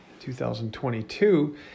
2022